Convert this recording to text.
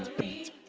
feet.